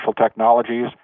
technologies